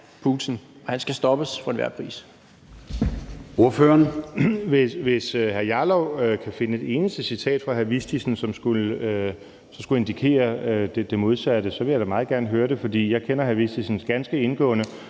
Hvis hr. Rasmus Jarlov kan finde et eneste citat fra hr. Anders Vistisen, der skulle indikere det modsatte, vil jeg da meget gerne høre det, for jeg kender hr. Anders Vistisen ganske indgående,